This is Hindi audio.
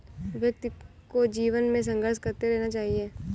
व्यक्ति को जीवन में संघर्ष करते रहना चाहिए